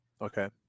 okay